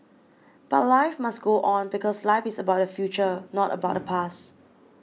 but life must go on because life is about the future not about the past